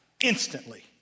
instantly